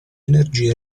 energie